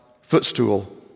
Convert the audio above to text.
footstool